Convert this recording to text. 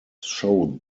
show